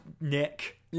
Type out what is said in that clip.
nick